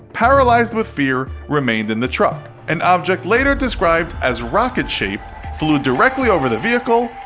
paralyzed with fear, remained in the truck. an object later described as rocket-shaped flew directly over the vehicle,